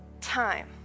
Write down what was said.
time